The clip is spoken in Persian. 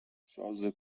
شازده